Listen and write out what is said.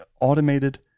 automated